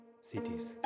cities